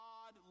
God